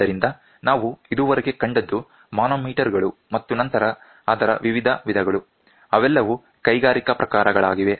ಆದ್ದರಿಂದ ನಾವು ಇದುವರೆಗೆ ಕಂಡದ್ದು ಮಾನೋಮೀಟರ್ ಗಳು ಮತ್ತು ನಂತರ ಅದರ ವಿವಿಧ ವಿಧಗಳು ಅವೆಲ್ಲವೂ ಕೈಗಾರಿಕಾ ಪ್ರಕಾರಗಳಾಗಿವೆ